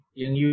yung